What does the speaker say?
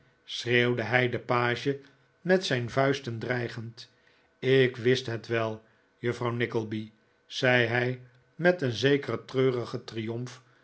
hij den page met zijn vuisten dreigend ik wist het wel juffrouw nickleby zei hij met een zekeren treurigen triomf